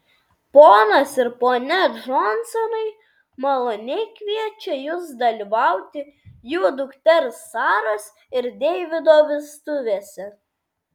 ponas ir ponia džonsonai maloniai kviečia jus dalyvauti jų dukters saros ir deivido vestuvėse